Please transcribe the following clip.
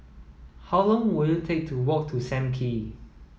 how long will it take to walk to Sam Kee